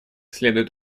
следует